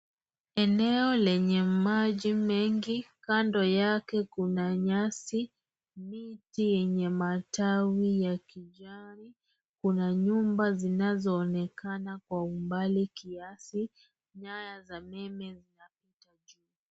Eneo lenye maji mengi kando yake kuna nyasi miti yenye matawi ya kijani kuna nyumba zinazo onekana kwa umbali kiasi nyaya za meme zinapita juu.